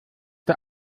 der